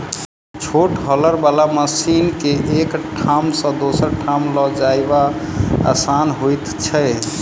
छोट हौलर बला मशीन के एक ठाम सॅ दोसर ठाम ल जायब आसान होइत छै